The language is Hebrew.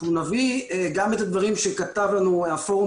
אנחנו נביא גם את הדברים שכתב לנו הפורום